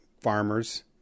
farmers